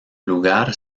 lugar